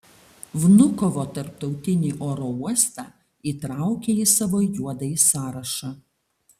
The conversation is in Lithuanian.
vnukovo tarptautinį oro uostą įtraukė į savo juodąjį sąrašą